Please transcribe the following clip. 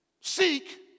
seek